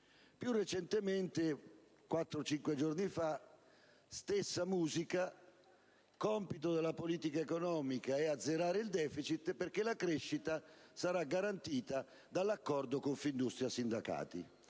Più recentemente, quattro o cinque giorni fa, stessa musica: compito della politica economica è azzerare il deficit perché la crescita sarà garantita dall'accordo Confindustria-sindacati.